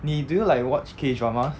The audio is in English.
你 do you like watch K dramas